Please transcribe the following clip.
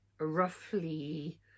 roughly